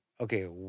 Okay